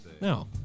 No